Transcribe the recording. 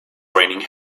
raining